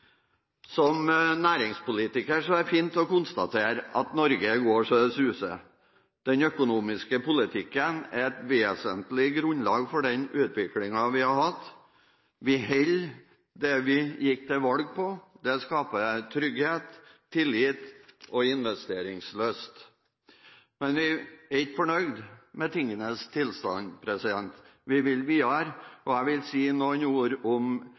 Som næringspolitiker er det fint å konstatere at Norge går så det suser. Den økonomiske politikken er et vesentlig grunnlag for den utviklingen vi har hatt. Vi holder det vi gikk til valg på. Det skaper trygghet, tillit og investeringslyst. Men vi er ikke fornøyd med tingenes tilstand. Vi vil videre, og jeg vil si noen ord om